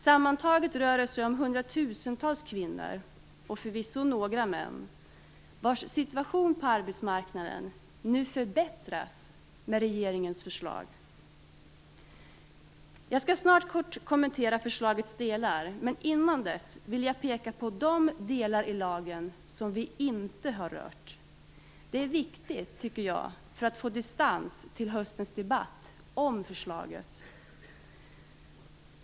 Sammantaget rör det sig om hundratusentals kvinnor - och förvisso några män - vars situation på arbetsmarknaden nu förbättras med regeringens förslag. Jag skall snart kort kommentera förslagets delar, men innan dess vill jag peka på de delar av lagen som vi inte har rört. Det är viktigt, tycker jag, för att få distans till höstens debatt om förslaget.